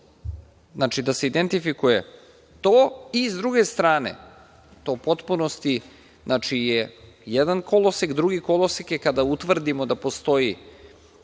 da se identifikuje to i, s druge strane, to u potpunosti je jedan kolosek, drugi kolosek je kada utvrdimo da postoji